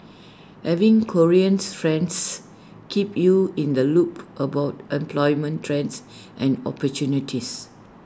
having Koreans friends keep you in the loop about employment trends and opportunities